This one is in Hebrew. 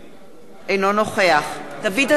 אינו נוכח דוד אזולאי,